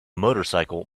motorcycle